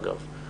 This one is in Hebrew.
אגב.